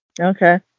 Okay